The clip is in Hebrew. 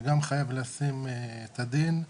שגם חייב לשים את הדין.